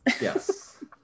Yes